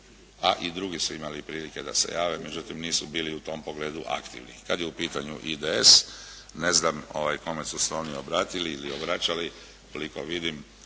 a i drugi su imali prilike da se javi. Međutim nisu bili u tom pogledu aktivni. Kad je u pitanju IDS ne znam kome su se oni obratili ili obraćali koliko vidim,